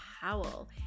Powell